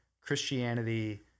Christianity